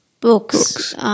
books